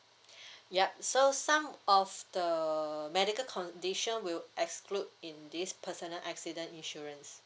yup so some of the medical condition will exclude in this personal accident insurance